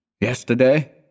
Yesterday